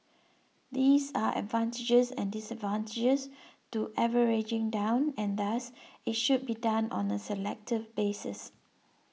this are advantages and disadvantages to averaging down and thus it should be done on a selective basis